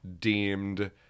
deemed